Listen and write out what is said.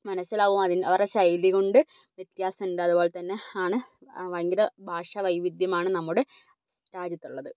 മനസ്സിലാവും അവരുടെ ശൈലികൊണ്ട് വ്യത്യാസമുണ്ട് അതുപോലെത്തന്നെ ആണ് ഭയങ്കര ഭാഷ വൈവിധ്യമാണ് നമ്മുടെ രാജ്യത്തുള്ളത്